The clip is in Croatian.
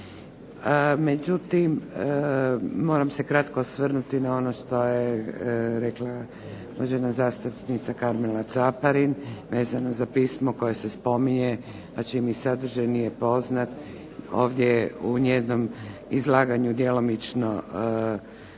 Međutim, moram se kratko osvrnuti na ono što je rekla uvažena zastupnica Karmela Caparin vezano za pismo koje se spominje, čiji mi sadržaj nije poznat, ovdje u njenom izlaganju djelomično naznačen,